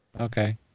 okay